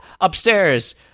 Upstairs